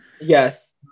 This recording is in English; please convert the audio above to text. Yes